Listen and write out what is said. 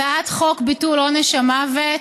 הצעת חוק ביטול עונש המוות,